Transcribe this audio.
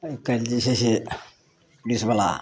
आइकाल्हि जे छै से पुलिस बला